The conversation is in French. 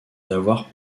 n’avoir